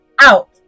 out